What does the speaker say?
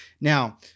Now